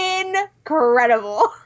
Incredible